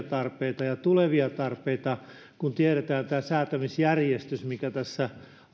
tarpeita ja tulevia tarpeita kun tiedetään tämä säätämisjärjestys mikä tässä